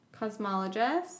cosmologist